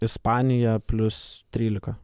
ispanija plius trylika